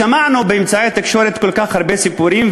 שמענו באמצעי התקשורת כל כך הרבה סיפורים,